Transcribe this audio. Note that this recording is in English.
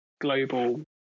global